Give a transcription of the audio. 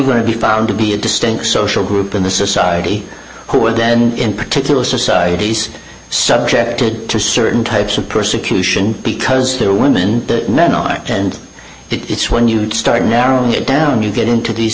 going to be found to be a distinct social group in the society who are then in particular societies subjected to certain types of person because they're women that men are and it's when you start narrowing it down you get into these